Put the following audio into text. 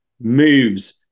moves